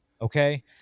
Okay